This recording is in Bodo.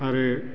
आरो